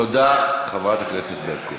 תודה, חברת הכנסת ברקו.